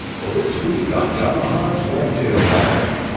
well this week on yamaha's whitetail diaries,